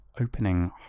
opening